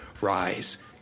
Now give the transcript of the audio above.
rise